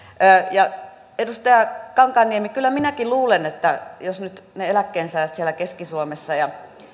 ja edustaja kankaanniemi kyllä minäkin luulen että jos nyt ne eläkkeensaajat siellä keski suomessa